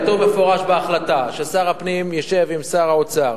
כתוב במפורש בהחלטה ששר הפנים ישב עם שר האוצר,